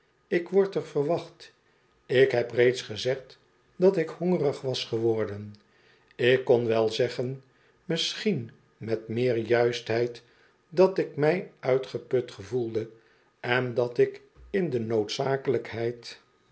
ik word er verwacht ik heb reeds gezegd dat ik hongerig was geworden ik kon wel zeggen misschien met meer juistheid datikmj uitgeput gevoelde en dat ik in de noodzakelijkheid